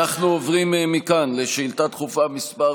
אנחנו עוברים מכאן לשאילתה דחופה מס'